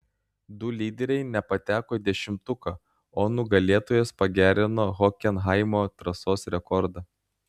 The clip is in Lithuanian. du lyderiai nepateko į dešimtuką o nugalėtojas pagerino hokenhaimo trasos rekordą